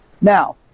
Now